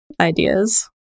ideas